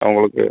அவங்களுக்கு